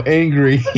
angry